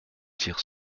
tire